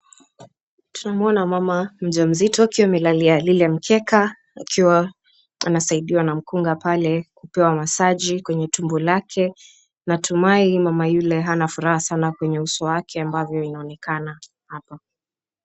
Tunamwona mama mjamzito akiwa amelalia lile mkeka akiwa anasaidiwa na mkunga pale kupewa masaji kwenye tumbo lake. Natumia mama yule hana furaha sana kwenye uso wake kama inavyoonekana hapa.